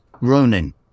ronin